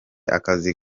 akazi